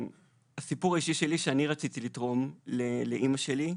הסיפור האישי שלי הוא שאני רציתי לתרום לאמא שלי,